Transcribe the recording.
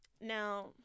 now